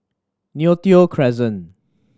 Neo Tiew Crescent